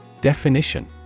Definition